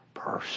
Person